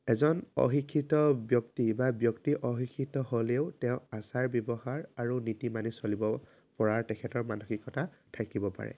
এজন অশিক্ষিত ব্যক্তিয়ে বা ব্যক্তি অশিক্ষিত হ'লেও তেওঁ আচাৰ ব্যৱহাৰ আৰু নীতি মানি চলিব পৰাৰ তেখেতৰ মানসিকতা থাকিব পাৰে